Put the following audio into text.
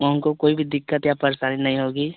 वहाँ उनको कोई भी दिक्कत या परेशानी नहीं होगी